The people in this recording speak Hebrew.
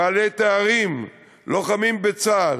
בעלי תארים, לוחמים בצה"ל,